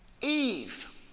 Eve